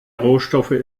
rohstoffe